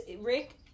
Rick